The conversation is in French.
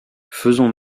faisons